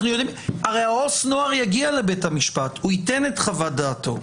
הרי העובד הסוציאלי לחוק נוער יגיע לבית המשפט והוא ייתן את חוות דעתו.